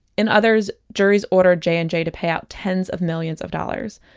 in others, juries ordered j and j to pay out tens of millions of dollars.